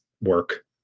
work